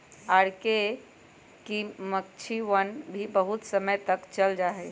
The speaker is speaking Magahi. आर.के की मक्षिणवन भी बहुत समय तक चल जाहई